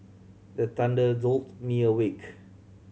the thunder jolt me awake